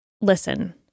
Listen